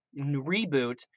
reboot